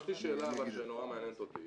יש לי שאלה אבל שמאוד מעניינת אותי.